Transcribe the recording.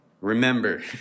Remember